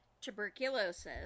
tuberculosis